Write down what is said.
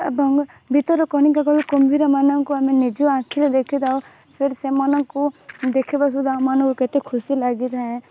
ଏବଂ ଭିତରକନିକା କୁମ୍ଭୀରମାନଙ୍କୁ ଆମେ ନିଜ ଆଖିରେ ଦେଖିଥାଉ ଫିର ସେମାନଙ୍କୁ ଦେଖିବା ସୁଦ୍ଧା ଆମମାନଙ୍କୁ କେତେ ଖୁସି ଲାଗିଥାଏ